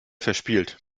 verspielt